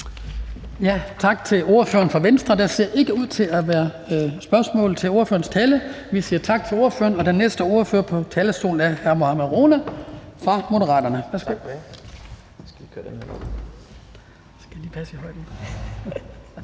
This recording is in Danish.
Tak til ordføreren for Venstre. Der ser ikke ud til at være spørgsmål til ordførerens tale. Den næste ordfører på talerstolen er hr. Mohammad Rona fra Moderaterne.